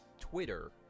Twitter